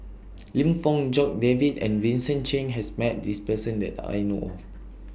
Lim Fong Jock David and Vincent Cheng has Met This Person that I know of